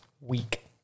week